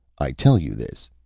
i tell you this,